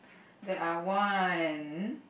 there are one